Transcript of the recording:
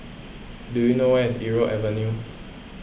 do you know where is Irau Avenue